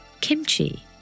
Kimchi